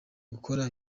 gukora